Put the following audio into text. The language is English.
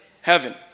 heaven